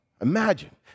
Imagine